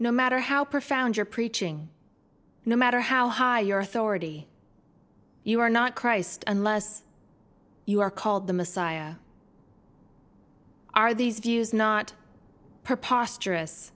no matter how profound your preaching no matter how high your authority you are not christ unless you are called the messiah are these views not posterous